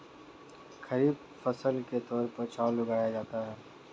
खरीफ फसल के तौर पर चावल उड़ाया जाता है